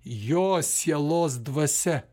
jo sielos dvasia